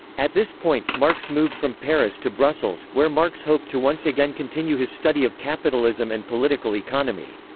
at this point, marx moved from paris to brussels, where marx hoped to once again continue his study of capitalism and political economy.